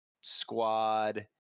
Squad